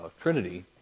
trinity